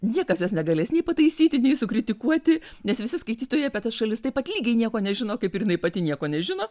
niekas jos negalės nei pataisyti nei sukritikuoti nes visi skaitytojai apie tas šalis taip pat lygiai nieko nežino kaip ir jinai pati nieko nežino